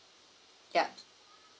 yup